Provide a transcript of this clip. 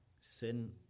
Sin